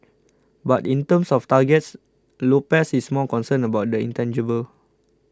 but in terms of targets Lopez is more concerned about the intangible